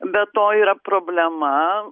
be to yra problema